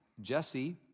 Jesse